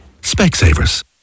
Specsavers